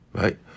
right